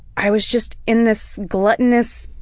i was just in this gluttonous